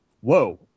Whoa